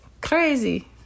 crazy